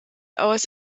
aus